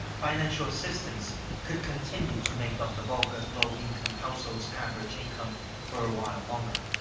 financial assistance could continue to make up the bulk of low-income households' average income for a while longer.